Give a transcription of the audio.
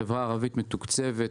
החברה הערבית מתוקצבת,